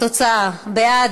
התוצאה: בעד,